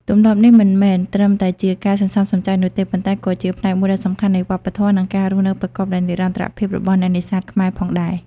ទម្លាប់នេះមិនមែនត្រឹមតែជាការសន្សំសំចៃនោះទេ ប៉ុន្តែក៏ជាផ្នែកមួយដ៏សំខាន់នៃវប្បធម៌ និងការរស់នៅប្រកបដោយនិរន្តរភាពរបស់អ្នកនេសាទខ្មែរផងដែរ។